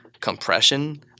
compression